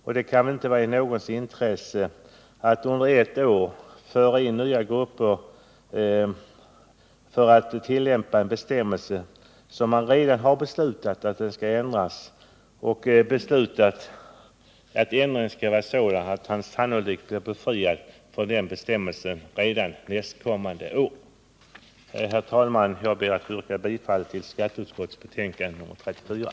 Och det kan väl inte vara i någons intresse att under ett år föra in nya grupper för att tillämpa en bestämmelse som man redan har beslutat skall ändras så, att deklaranten sannolikt blir befriad från att följa bestämmelsen redan nästkommande år. Herr talman! Jag ber att få yrka bifall till hemställan i skatteutskottets betänkande nr 34.